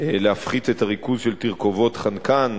להפחית את הריכוז של תרכובות חנקן.